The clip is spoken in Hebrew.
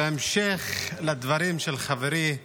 בהמשך לדברים של חברי אלעזר,